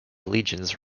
legions